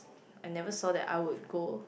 I never saw that I would go